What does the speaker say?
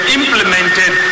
implemented